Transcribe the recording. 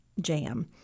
jam